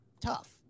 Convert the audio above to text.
tough